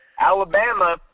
Alabama